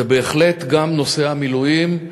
זה בהחלט גם נושא המילואים,